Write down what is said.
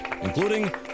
including